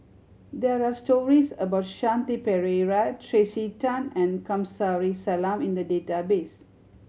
there are stories about Shanti Pereira Tracey Tan and Kamsari Salam in the database